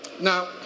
Now